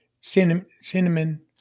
cinnamon